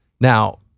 Now